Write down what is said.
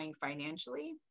financially